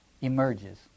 emerges